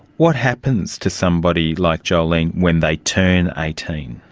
what happens to somebody like jolene when they turn eighteen?